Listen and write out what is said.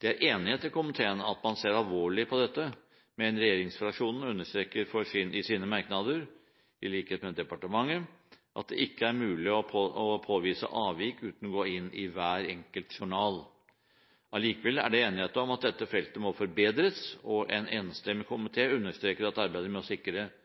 Det er enighet i komiteen om at man ser alvorlig på dette, men regjeringsfraksjonen understreker i sine merknader, i likhet med departementet, at det ikke er mulig å påvise avvik uten å gå inn i hver enkelt journal. Allikevel er det enighet om at dette feltet må forbedres, og en enstemmig komité understreker at arbeidet med å sikre en korrekt registreringspraksis, må